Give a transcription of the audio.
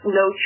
no